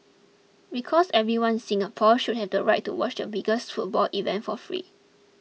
because everyone in Singapore should have the right to watch the biggest football event for free